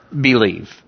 believe